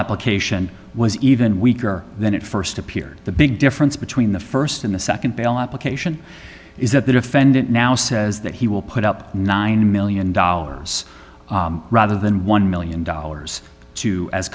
application was even weaker than it st appeared the big difference between the st in the nd bail application is that the defendant now says that he will put up nine million dollars rather than one million dollars to as